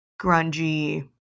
grungy